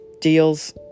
deals